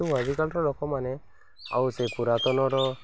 କିନ୍ତୁ ଆଜିକାଲିର ଲୋକମାନେ ଆଉ ପୁରାତନର